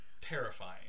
terrifying